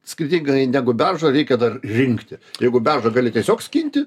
skirtingai negu beržo reikia dar rinkti jeigu beržą gali tiesiog skinti